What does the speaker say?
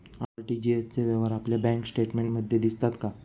RTGS चे व्यवहार आपल्या बँक स्टेटमेंटमध्ये दिसतात का?